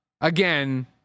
again